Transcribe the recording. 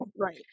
Right